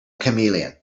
chameleon